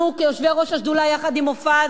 אנחנו, כיושבי-ראש השדולה, יחד עם מופז,